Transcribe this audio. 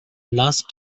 last